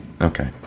Okay